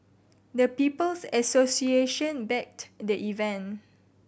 the People's Association backed the event